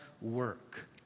work